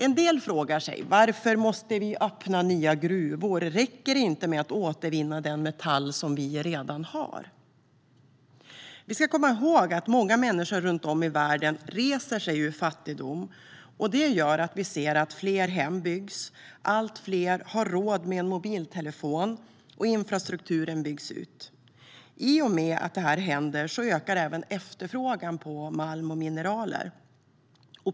En del frågar sig varför vi måste öppna fler gruvor. Räcker det inte med att återvinna den metall som vi redan har? Då ska vi komma ihåg att många människor runt om i världen i dag reser sig ur fattigdom. Det gör att vi ser att fler hem byggs, allt fler har råd med en mobiltelefon och infrastrukturen byggs ut. I och med att det här händer ökar även efterfrågan på malm och mineraler.